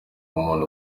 umuntu